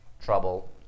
trouble